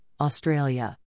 australia